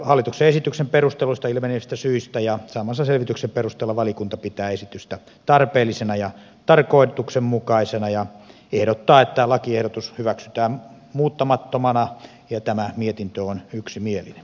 hallituksen esityksen perusteluista ilmenevistä syistä ja saamansa selvityksen perusteella valiokunta pitää esitystä tarpeellisena ja tarkoituksenmukaisena ja ehdottaa että lakiehdotus hyväksytään muuttamattomana ja tämä mietintö on yksimielinen